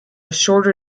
shorter